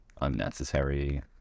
unnecessary